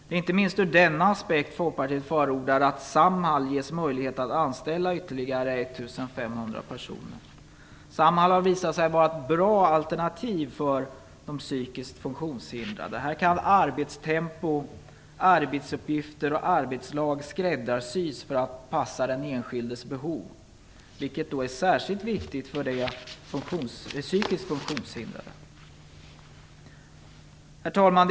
Det är inte minst ur denna aspekt som Folkpartiet förordar att personer. Samhall har visat sig vara ett bra alternativ för de psykiskt funktionshindrade. Här kan arbetstempo, arbetsuppgifter och arbetslag skräddarsys för att passa den enskildes behov, vilket är särskilt viktigt för de psykiskt funktionshindrade. Herr talman!